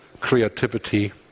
Creativity